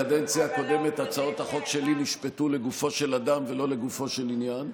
בקדנציה הקודמת הצעות החוק שלי נשפטו לגופו של אדם ולא לגופו של עניין,